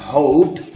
hope